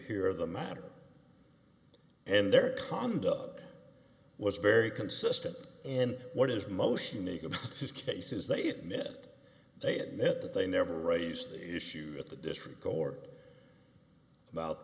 hear the matter and their condo was very consistent and what is most unique about this case is they admit they admit that they never raised the issues at the different gore about